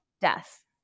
death